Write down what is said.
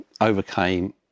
overcame